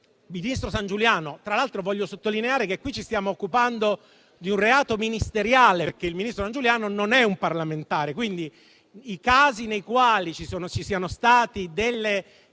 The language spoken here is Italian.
ministro Sangiuliano. Tra l'altro, voglio sottolineare che qui ci stiamo occupando di un reato ministeriale, perché l'ex ministro Sangiuliano non è un parlamentare. I casi nei quali sono state